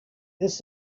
this